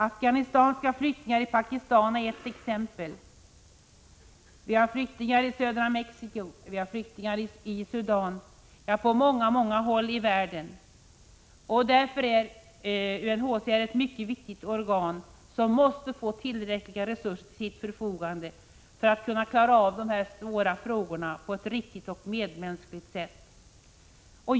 Afghanistanska flyktingar i Pakistan är ett exempel. Det finns flyktingar i södra Mexico. Det finns flyktingar i Sudan. Det finns flyktingar på många håll i världen, och UNHCR är ett viktigt organ som måste få tillräckliga resurser till sitt förfogande för att kunna klara av dessa svåra frågor på ett riktigt och medmänskligt sätt.